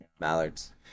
mallards